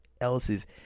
else's